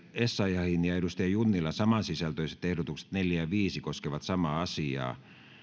essayahin ja vilhelm junnilan samansisältöiset ehdotukset neljä ja viisi koskevat samaa määrärahaa